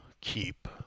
keep